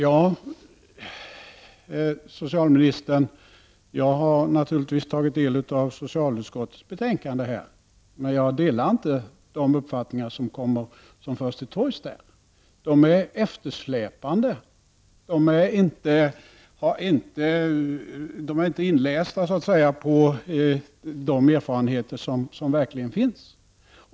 Herr talman! Jag har naturligtvis, socialministern, tagit del av socialutskottets betänkande. Men jag delar inte de uppfattningar som förs till torgs där. De är eftersläpande, och man är inte påläst när det gäller de erfarenheter som verkligen finns.